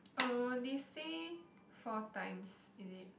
uh they say four times is it